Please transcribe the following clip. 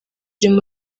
urimo